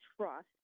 trust